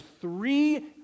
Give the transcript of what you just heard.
three